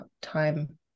time